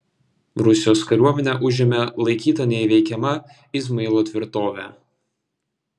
rusijos kariuomenė užėmė laikytą neįveikiama izmailo tvirtovę